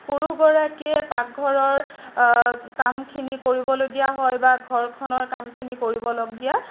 পুৰুষগৰাকীয়ে পাকঘৰৰ কামখিনি কৰিবলগীয়া হয় বা ঘৰখনৰ কামখিনি কৰিবলগীয়া হয়